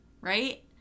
Right